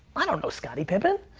i don't know scotty pippin.